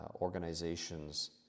organization's